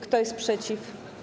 Kto jest przeciw?